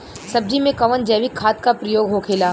सब्जी में कवन जैविक खाद का प्रयोग होखेला?